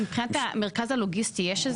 יובל, יש חידוש